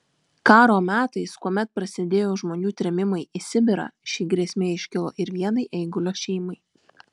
karo metais kuomet prasidėjo žmonių trėmimai į sibirą ši grėsmė iškilo ir vienai eigulio šeimai